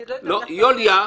אני לא אתן לך את התענוג.